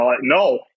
no